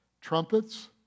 trumpets